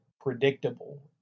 predictable